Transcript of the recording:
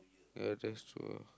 ya thanks to her